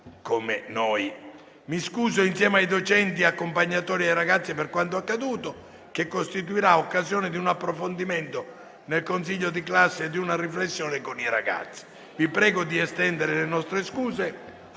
come noi. Mi scuso insieme ai docenti, accompagnatori e ai ragazzi per quanto accaduto che costituirà occasione di un approfondimento nel consiglio di classe e di una riflessione con i ragazzi. Vi prego di estendere le nostre scuse